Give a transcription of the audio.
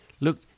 Look